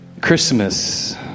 Christmas